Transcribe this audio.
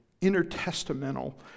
intertestamental